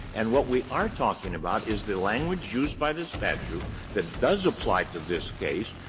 and what we are talking about is the language used by the statute that does apply to this case.